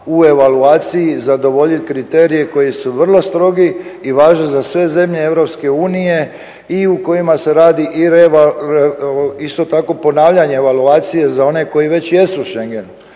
u evaluaciji zadovoljiti kriterije koji su vrlo strogi i važni za sve zemlje Europske unije i u kojima se radi isto tako ponavljanje evaluacije za one koji već jesu u Schengenu.